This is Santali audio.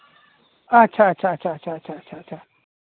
ᱟᱪᱪᱷᱟ ᱟᱪᱪᱷᱟ ᱟᱪᱪᱷᱟ